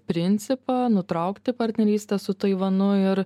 principą nutraukti partnerystę su taivanu ir